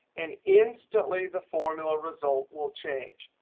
and instantly, the formula result will change.